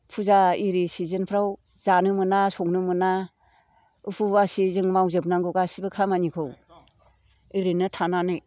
फुजा आरि सिजोनफ्राव जानो मोना संनो मोना उपबासै जों मावजोबनांगौ गासैबो खामानिखौ ओरैनो थानानै